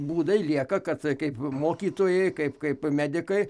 būdai lieka kad kaip mokytojai kaip kaip medikai